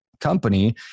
company